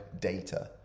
data